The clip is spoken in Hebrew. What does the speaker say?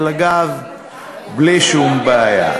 על הגב בלי שום בעיה.